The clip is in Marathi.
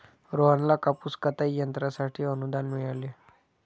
रोहनला कापूस कताई यंत्रासाठी अनुदान मिळाले